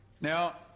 Now